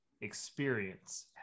experience